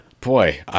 boy